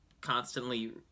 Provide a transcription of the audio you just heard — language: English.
constantly